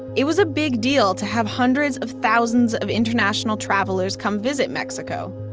it was a big deal to have hundreds of thousands of international travelers come visit mexico.